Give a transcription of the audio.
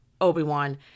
Obi-Wan